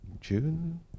June